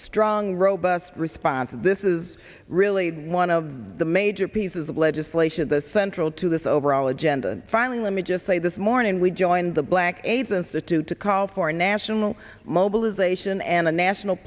strong robust response this is really one of the major pieces of legislation the central to this overall agenda and finally let me just say this morning we joined the black aids institute to call for a national mobilization and a national